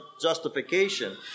justification